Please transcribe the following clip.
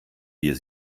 wir